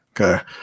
okay